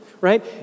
right